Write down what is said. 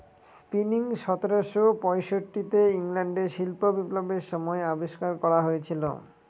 spinning সতেরোশো পয়ষট্টি তে ইংল্যান্ডে শিল্প বিপ্লবের সময় আবিষ্কার করা হয়েছিল